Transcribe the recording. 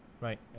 Right